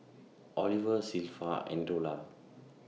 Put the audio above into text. Oliver Zilpha and Dola